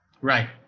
Right